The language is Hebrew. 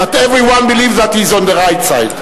but everyone believes that he is on the right side.